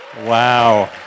Wow